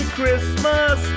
Christmas